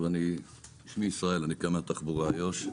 אני קמ"ן תחבורה איו"ש.